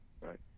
right